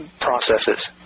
processes